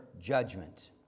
judgment